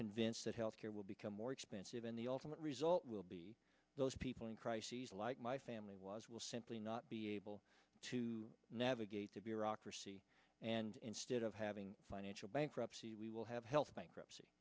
convinced that health care will become more expensive in the ultimate result will be those people in crises like my family was will simply not be able to navigate the bureaucracy and instead of having financial bankruptcy we will have health bankruptcy